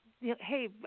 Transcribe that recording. hey